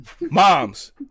Moms